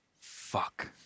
fuck